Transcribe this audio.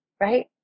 right